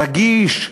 רגיש,